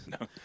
No